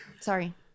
sorry